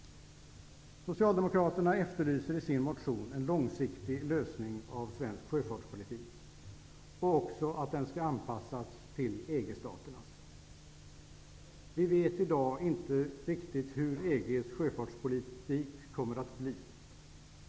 Socialdemokraterna efterlyser i sin motion en långsiktig lösning på svensk sjöfartspolitik som också skall anpassas till EG-staternas. Vi vet i dag inte riktigt hur EG:s sjöfartspolitik kommer att bli.